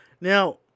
Now